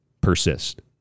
persist